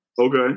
Okay